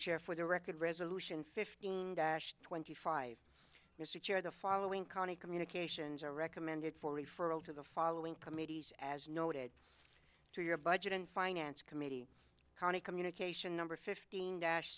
chair for the record resolution fifteen twenty five mr chair the following county communications are recommended for referral to the following committees as noted to your budget and finance committee conny communication number